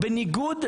מי נגד?